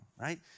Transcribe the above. right